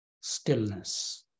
stillness